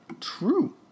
True